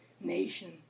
nation